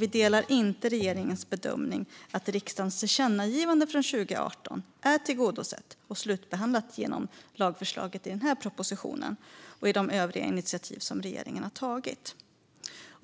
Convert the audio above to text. Vi delar inte regeringens bedömning att riksdagens tillkännagivande från 2018 är tillgodosett och slutbehandlat genom lagförslaget i propositionen och i de övriga initiativ som regeringen har tagit.